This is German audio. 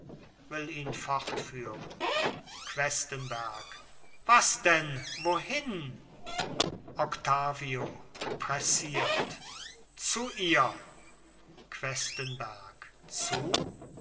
will ihn fortführen questenberg was denn wohin octavio pressiert zu ihr questenberg zu